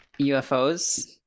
UFOs